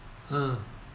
mm